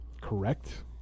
correct